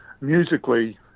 musically